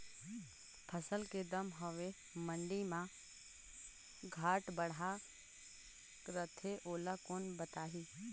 फसल के दम हवे मंडी मा घाट बढ़ा रथे ओला कोन बताही?